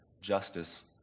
justice